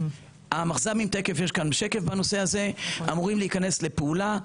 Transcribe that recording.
המחז"מים אמורים להיכנס לפעולה.